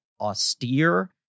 austere